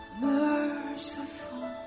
merciful